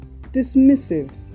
dismissive